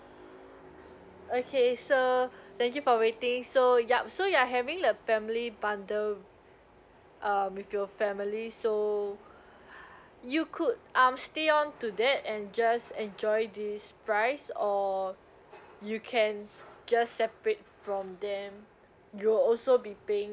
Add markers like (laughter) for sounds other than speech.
okay so thank you for waiting so yup so you're having the family bundle um with your family so (breath) you could um stay on to that and just enjoy this price or you can just separate from them you'll also be paying